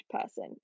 person